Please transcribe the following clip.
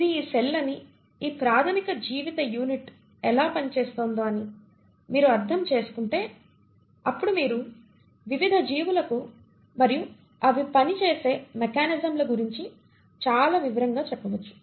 ఇది ఈ సెల్ అని ఈ ప్రాథమిక జీవిత యూనిట్ ఎలా పనిచేస్తుందో అని మీరు అర్థం చేసుకుంటే అప్పుడు మీరు వివిధ జీవులకు మరియు అవి పని చేసే మెకానిజంల గురించి చాలా వివరంగా చెప్పవచ్చు